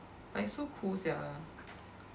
like so cool sia